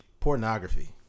Pornography